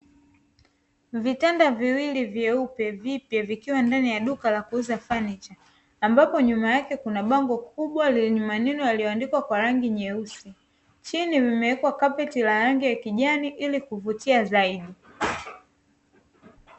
Vitanda viwili vyeupe vipya vikiwa ndani ya duka la kuuza fanicha, ambapo nyuma yake kuna bango kubwa lenye maneno yaliyoandikwa kwa rangi nyeusi, chini kumewekwa kapeti la rangi ya kijani ilikuvutia zaidi.